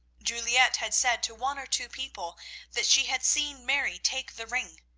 juliette had said to one or two people that she had seen mary take the ring.